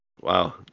Wow